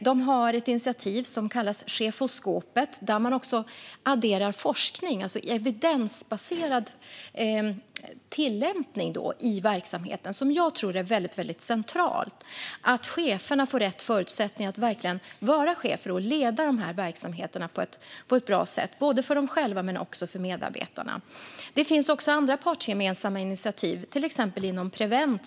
De har ett initiativ som kallas Chefoskopet där man också adderar forskning, det vill säga evidensbaserad tillämpning, i verksamheten. Det tror jag är väldigt centralt. Det handlar om att cheferna får rätt förutsättningar att verkligen vara chefer och leda verksamheterna på ett bra sätt både för dem själva och för medarbetarna. Det finns också andra partsgemensamma initiativ till exempel inom Prevent.